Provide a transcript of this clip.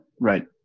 right